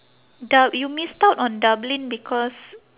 du~ you missed out on dublin because